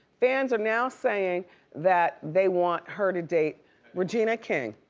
fans are now saying that they want her to date regina king.